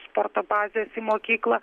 sporto bazės į mokyklą